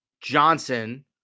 Johnson